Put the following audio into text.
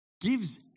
gives